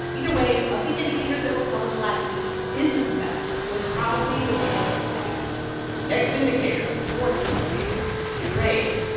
either way, of the indicators that were published last week, business investment was probably the biggest disappointment next indicator the fourth indicator trade.